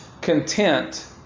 content